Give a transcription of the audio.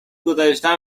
گذشته